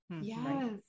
Yes